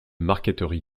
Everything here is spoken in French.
marqueterie